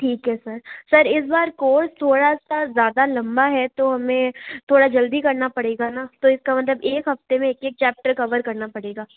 ठीक है sir sir इस बार कोर्स थोड़ा सा ज़्यादा लम्बा है तो हमें थोड़ा जल्दी करना पड़ेगा ना तो इस का मतलब एक हफ़्ते में एक एक चैप्टर कवर करना पड़ेगा